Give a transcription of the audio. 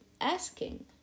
asking